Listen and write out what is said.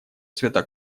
цвета